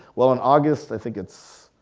well in august think it's,